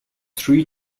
three